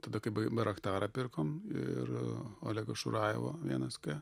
tada kai bairaktarą pirkom ir olego šurajevo vienas k